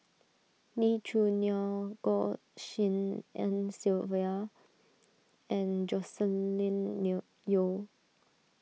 Lee Choo Neo Goh Tshin En Sylvia and Joscelin new Yeo